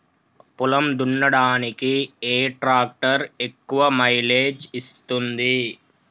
పొలం దున్నడానికి ఏ ట్రాక్టర్ ఎక్కువ మైలేజ్ ఇస్తుంది?